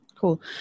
cool